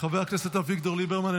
חבר הכנסת אביגדור ליברמן,